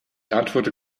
antworte